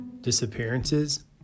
Disappearances